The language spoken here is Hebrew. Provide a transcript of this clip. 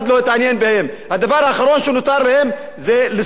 הדבר האחרון שנותר להם זה לשרוף את עצמם,